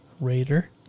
Raider